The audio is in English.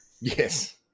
Yes